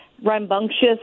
rambunctious